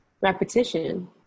repetition